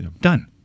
Done